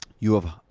you have